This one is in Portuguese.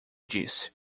disse